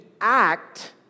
act